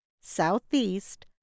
southeast